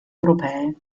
europee